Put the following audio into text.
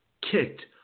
Kicked